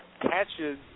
catches